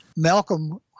Malcolm